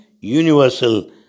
universal